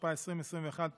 התשפ"א 2021,